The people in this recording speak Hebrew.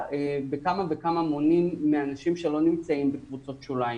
בכמה וכמה מונים יותר מאשר אנשים שלא נמצאים בקבוצות שוליים.